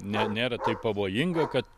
ne nėra taip pavojinga kad